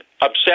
upset